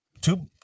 two